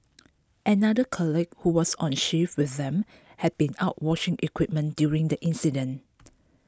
another colleague who was on shift with them had been out washing equipment during the incident